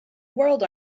world